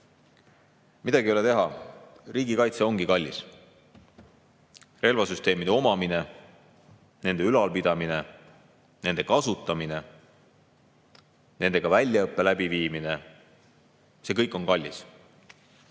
Midagi ei ole teha, riigikaitse ongi kallis. Relvasüsteemide omamine, nende ülalpidamine, nende kasutamine, nendega väljaõppe korraldamine – see kõik on kallis.